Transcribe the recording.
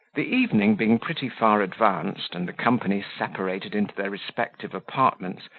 the evening being pretty far advanced, and the company separated into their respective apartments,